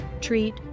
treat